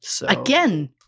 Again